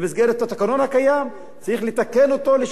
צריך לתקן אותו ולשנות אותו ושכל העולם ישמע,